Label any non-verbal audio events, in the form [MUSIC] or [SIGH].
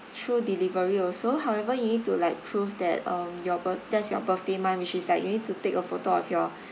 through delivery also however you need to like prove that um your birth~ that's your birthday month which is like you need to take a photo of your [BREATH]